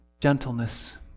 gentleness